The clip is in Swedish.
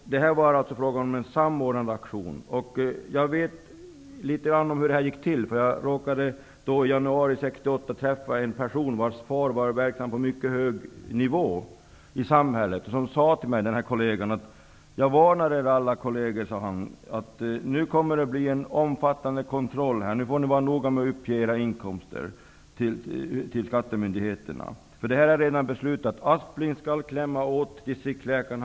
Det var en samordnad aktion. Jag vet litet om hur det gick till, då jag i januari 1968 råkade träffa en kollega vars far var verksam på mycket hög nivå i samhället. Han sade till mig: Jag varnar alla läkare för att det nu kommer att göras en omfattande kontroll, och ni får vara noga med att uppge era inkomster till skattemyndigheterna. Det här är redan beslutat. Aspling skall klämma åt distriktsläkarna.